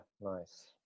nice